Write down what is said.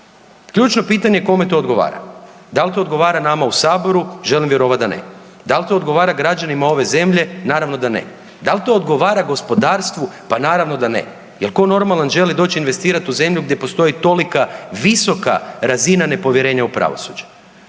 Ključno pitanje kome to odgovara? Da li to odgovara nama u saboru? Želim vjerovati da ne. Da li to odgovara građanima ove zemlje? Naravno da ne. Da li to odgovara gospodarstvu? Pa naravno da ne jer tko normalan želi doći investirati u zemlju gdje postoji tolika visoka razina nepovjerenja u pravosuđe.